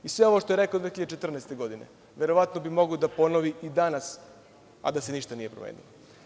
I sve ovo što je rekao 2014. godine verovatno bi mogao da ponovi i danas, a da se ništa nije promenilo.